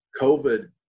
COVID